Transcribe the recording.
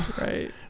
Right